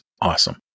Awesome